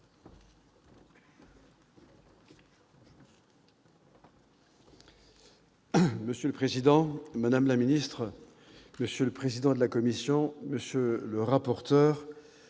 Monsieur le président, madame la ministre, monsieur le vice-président de la commission, monsieur le rapporteur,